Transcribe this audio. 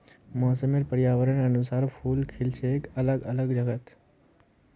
मौसम र पर्यावरनेर अनुसार फूल खिल छेक अलग अलग जगहत